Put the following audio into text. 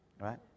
right